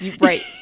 Right